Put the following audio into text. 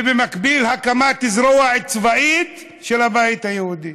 ובמקביל הקמת זרוע צבאית של הבית היהודי.